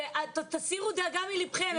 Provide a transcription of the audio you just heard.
תסירו דאגה מליבכם,